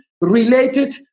related